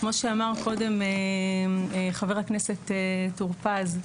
כמו שאמר קודם חבר הכנסת טור-פז,